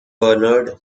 bernard